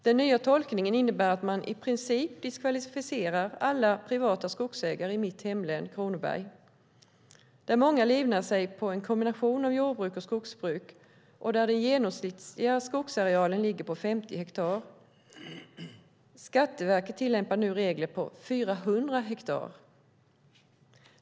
Den nya tolkningen innebär att man i princip diskvalificerar alla privata skogsägare i mitt hemlän, Kronoberg, där många livnär sig på en kombination av jordbruk och skogsbruk och där den genomsnittliga skogsarealen ligger på 50 hektar. Skatteverket tillämpar nu regler om 400 hektar.